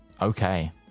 okay